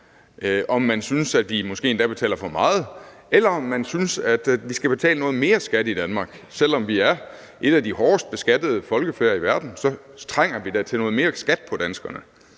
om man synes, at vi måske endda betaler for meget i skat, eller om man synes, at vi skal betale mere skat i Danmark, for selv om vi er et af de hårdest beskattede folkefærd i verden, trænger vi da til, at danskerne